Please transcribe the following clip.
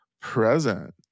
Present